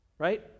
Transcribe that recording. right